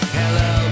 hello